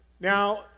Now